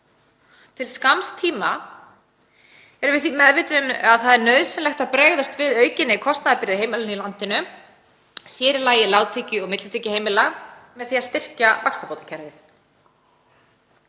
Til skamms tíma erum við meðvituð um að það er nauðsynlegt að bregðast við aukinni kostnaðarbyrði heimilanna í landinu, sér í lagi lágtekju- og millitekjuheimila, með því að styrkja vaxtabótakerfið.